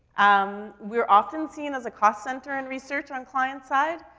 um, we're often seen as a cost centre in research on client side,